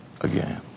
again